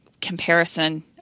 comparison